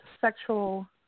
sexual